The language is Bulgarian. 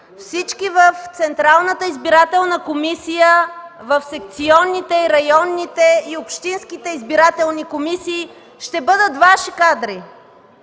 всички в Централната избирателна комисия, в секционните, районните и общинските избирателни комисии ще бъдат Ваши кадри!